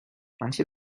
manche